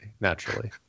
Naturally